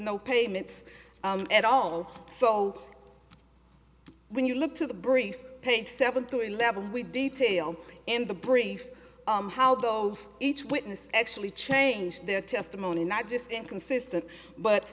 no payments at all so when you look to the brief page seven to eleven we detail in the brief how those each witness actually changed their testimony not just inconsistent but